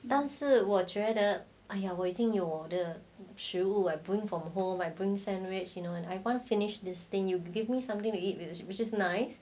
但是我觉得哎呀我已经有的食物 bring from home I bring sandwich you know and I can't finish this thing you give me something we eat with which is nice